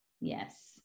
Yes